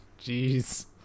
Jeez